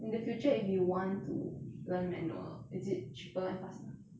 in the future if you want to learn manual is it cheaper and faster